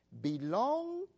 Belong